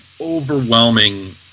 overwhelming